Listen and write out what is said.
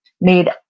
made